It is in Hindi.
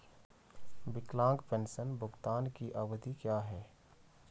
विकलांग पेंशन भुगतान की अवधि क्या है?